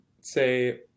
say